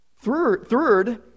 Third